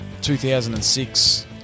2006